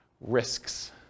Risks